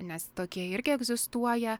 nes tokie irgi egzistuoja